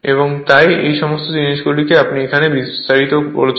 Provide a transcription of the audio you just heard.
এবং তাই এই সমস্ত জিনিসগুলিকে আপনি এখানে বিস্তারিত বলছেন